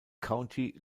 county